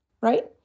right